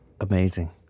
Amazing